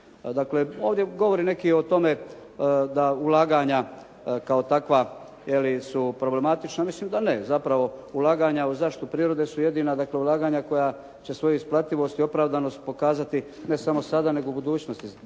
Dakle ovdje govori neki i o tome da ulaganja kao takva su problematična. Mislim da ne. Zapravo ulaganja u zaštitu prirode su jedina dakle ulaganja koja će svoju isplativost i opravdanost pokazati ne samo sada nego u budućnosti